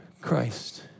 Christ